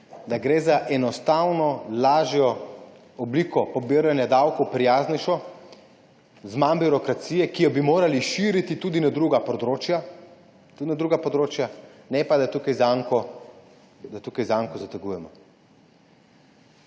da gre za enostavno, lažjo obliko pobiranja davkov, prijaznejšo, z manj birokracije, ki jo bi morali širiti tudi na druga področja, ne pa, da tukaj zanko zategujemo.